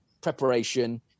preparation